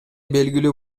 белгилүү